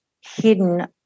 hidden